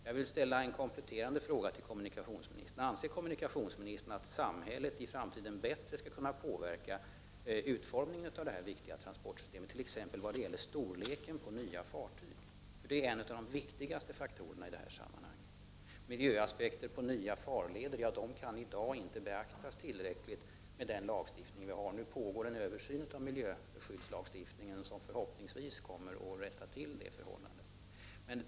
Jag vill ställa en kompletterande fråga till Georg Andersson: Anser kommunikationsministern att samhället i framtiden bättre skall kunna påverka utformningen när det gäller ett sådant här viktigt transportsätt — t.ex. beträffande storleken på nya fartyg? Det är en av de viktigaste faktorerna i detta sammanhang. Miljöaspekter på nya farleder kan inte beaktas tillräckligt med nuvarande lagstiftning. Nu pågår emellertid en översyn av miljöskyddslagstiftningen, vilken förhoppningsvis leder till att man kan rätta till det förhållandet.